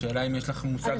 השאלה אם יש לך מושג.